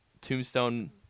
Tombstone